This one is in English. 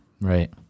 Right